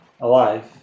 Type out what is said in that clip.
Alive